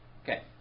Okay